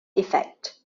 effect